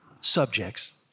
subjects